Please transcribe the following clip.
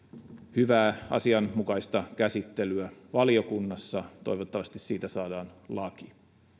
hyvää asianmukaista käsittelyä valiokunnassa toivottavasti siitä saadaan laki